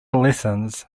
lessons